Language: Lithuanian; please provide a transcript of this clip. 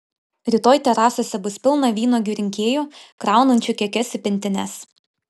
rytoj terasose bus pilna vynuogių rinkėjų kraunančių kekes į pintines